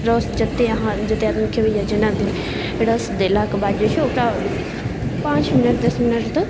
रस जतेक अहाँ जतेक आदमी खेबै या जेना जे रस देलाके बाद जे छै ओकरा पाँच मिनट दस मिनट तक